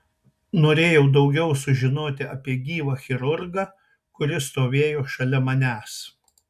norėjau daugiau sužinoti apie gyvą chirurgą kuris stovėjo šalia manęs